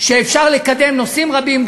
ואפשר לקדם נושאים רבים,